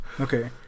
Okay